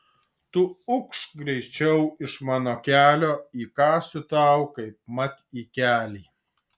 tu ukš greičiau iš mano kelio įkąsiu tau kaipmat į kelį